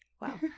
Wow